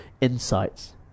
insights